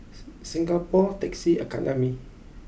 Singapore Taxi Academy